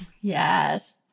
Yes